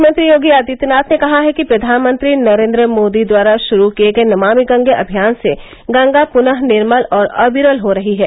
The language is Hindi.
मुख्यमंत्री योगी आदित्यनाथ ने कहा है कि प्रधानमंत्री नरेंद्र मोदी द्वारा शुरू किए गए नमामि गंगे अभियान से गंगा पुनः निर्मल और अविरल हो रही है